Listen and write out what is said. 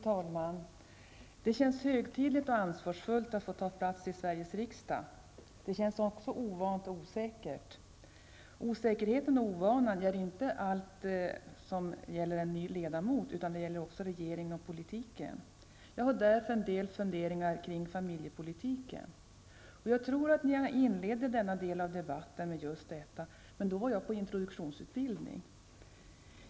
Fru talman! Det känns högtidligt och ansvarsfullt att få ta plats i Sveriges riksdag. Det känns också ovant och osäkert. Osäkerheten och ovanan gäller inte bara det nya för en ny ledamot utan även regeringen och dess politik. Jag har därför en del funderingar kring familjepolitiken. Jag tror att denna debatt inleddes med just detta, men då var jag på introduktionsutbildning.